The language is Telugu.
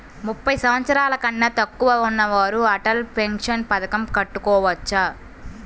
ముప్పై సంవత్సరాలకన్నా తక్కువ ఉన్నవారు అటల్ పెన్షన్ పథకం కట్టుకోవచ్చా?